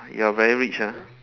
you are very rich ah